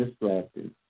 distracted